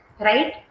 right